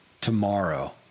tomorrow